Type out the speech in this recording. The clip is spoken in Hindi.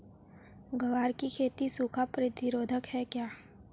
ग्वार की खेती सूखा प्रतीरोधक है क्या?